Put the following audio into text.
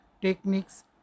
techniques